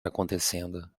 acontecendo